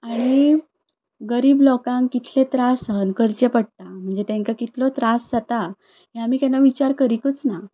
आनी गरीब लोकांक कितले त्रास सहन करचे पडटा म्हणजे तेंकां कितलो त्रास जाता हें आमी केन्ना विचार करिकच ना